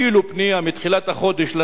אפילו פנייה מתחילת החודש,